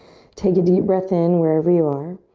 take a deep breath in wherever you are.